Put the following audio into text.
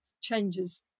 changes